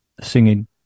singing